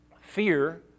Fear